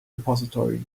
repository